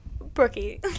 Brookie